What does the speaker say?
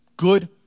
good